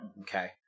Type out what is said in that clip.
okay